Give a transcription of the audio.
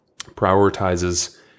prioritizes